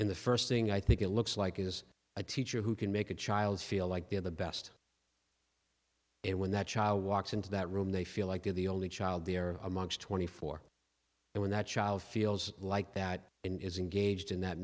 in the first thing i think it looks like it is a teacher who can make a child feel like they're the best and when that child walks into that room they feel like they're the only child there amongst twenty four and when that child feels like that and is engaged in that